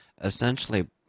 essentially